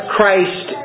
Christ